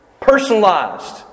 Personalized